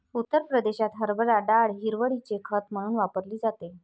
उत्तर प्रदेशात हरभरा डाळ हिरवळीचे खत म्हणून वापरली जाते